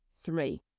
Three